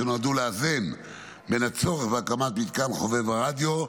שנועדו לאזן בין הצורך בהקמת מתקן חובב רדיו,